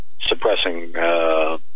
suppressing